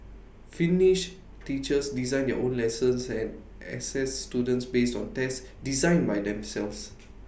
finnish teachers design their own lessons and assess students based on tests designed by themselves